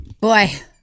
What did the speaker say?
Boy